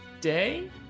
day